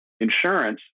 insurance